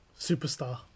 superstar